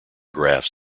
graphs